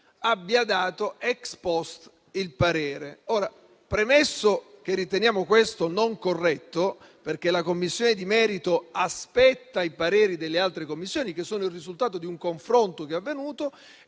abbia espresso *ex post* il parere. Premetto che riteniamo questo non corretto, perché la Commissione di merito aspetta i pareri delle altre Commissioni, che sono il risultato di un confronto che è avvenuto,